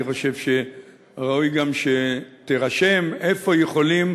ואני חושב שראוי גם שתירשם: איפה יכולים